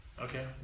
Okay